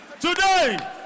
Today